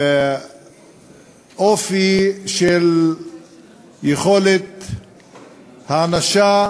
אופי של יכולת הענשה,